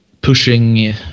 pushing